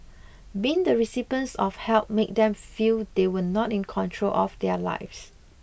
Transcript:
being the recipients of help made them feel they were not in control of their lives